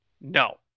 No